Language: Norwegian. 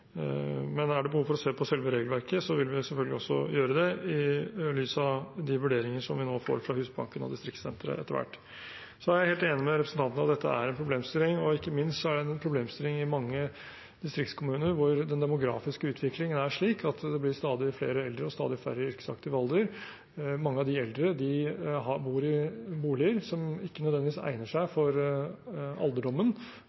Men er det behov for å se på selve regelverket, vil vi selvfølgelig også gjøre det, i lys av de vurderinger som vi etter hvert får fra Husbanken og fra Distriktssenteret. Jeg er helt enig med representanten i at dette er en problemstilling, og ikke minst er det en problemstilling i mange distriktskommuner hvor den demografiske utviklingen er slik at det blir stadig flere eldre og stadig færre i yrkesaktiv alder. Mange av de eldre bor i boliger som ikke nødvendigvis egner seg